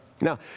Now